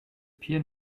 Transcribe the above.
peer